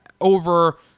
over